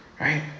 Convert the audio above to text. Right